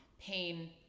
pain